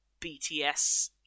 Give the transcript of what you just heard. BTS